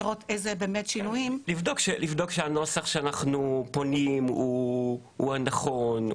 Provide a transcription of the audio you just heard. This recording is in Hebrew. לראות איזה באמת שינויים -- לבדוק שהנוסח שאנחנו פונים הוא הנכון,